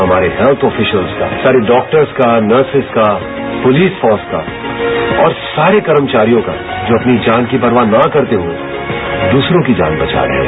हमारे health officers का सारे डॉक्टर्स का नर्सेज का पुलिस फोर्स का और सारे कर्मचारियों का जो अपनी जान की परवाह न करते हुए दूसरों की जान बचा रहे हैं